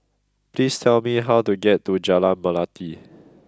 please tell me how to get to Jalan Melati